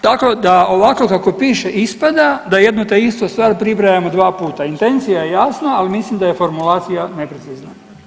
Tako da ovako kako piše ispada da jednu te istu stvar pribrajamo dva puta, intencija je jasna, al mislim da je formulacija neprecizna.